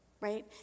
right